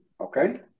Okay